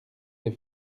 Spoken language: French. des